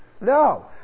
No